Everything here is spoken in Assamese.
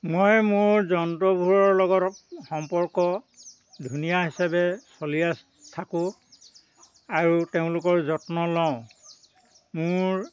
মই মোৰ জন্তুবোৰৰ লগত সম্পৰ্ক ধুনীয়া হিচাপে চলি আছোঁ থাকোঁ আৰু তেওঁলোকৰ যত্ন লওঁ মোৰ